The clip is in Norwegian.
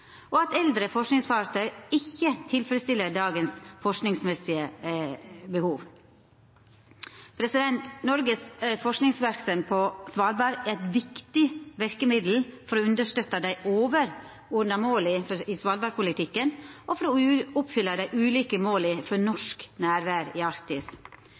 og at eldre forskingsfartøy ikkje tilfredsstiller dagens forskingsmessige behov. Noregs forskingsverksemd på Svalbard er eit viktig verkemiddel for å understøtta dei overordna måla i svalbardpolitikken og for å oppfylla dei ulike måla for norsk nærvær i Arktis.